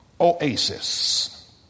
oasis